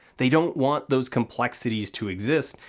they don't want those complexities to exist,